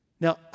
Now